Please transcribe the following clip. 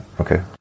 Okay